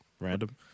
Random